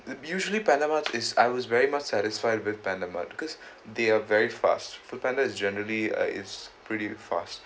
but usually PandaMart is I was very much satisfied with PandaMart because they are very fast Foodpanda is generally uh is pretty fast